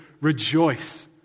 rejoice